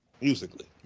musically